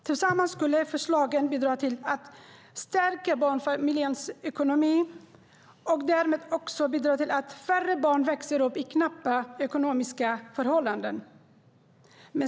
Tillsammans skulle förslagen bidra till att stärka barnfamiljernas ekonomi, och därmed också bidra till att färre barn växer upp i knappa ekonomiska förhållanden.